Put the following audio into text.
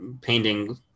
painting